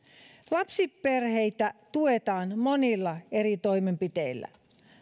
lapsiperheitä tuetaan monilla eri toimenpiteillä